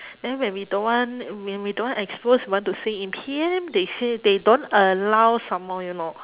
then when we don't want when we don't want expose we want to say in P_M they say they don't allow some more you know